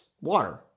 water